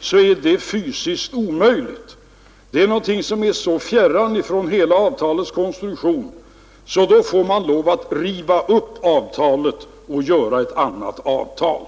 så är det fysiskt omöjligt. Det är någonting som är så fjärran från hela avtalets konstruktion att man skulle få lov att riva upp avtalet och göra ett annat avtal.